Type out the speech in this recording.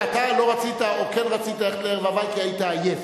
אתה לא רצית או כן רצית ללכת לערב הווי כי היית עייף,